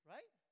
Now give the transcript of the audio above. Right